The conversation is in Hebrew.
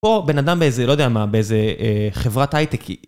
פה בן אדם באיזה, לא יודע מה, באיזה חברת הייטקית.